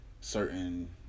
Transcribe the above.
certain